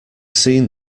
seen